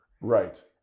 Right